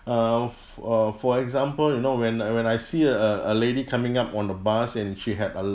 err f~ uh for example you know when I when I see uh a lady coming up on the bus and she have a